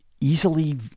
easily